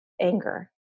anger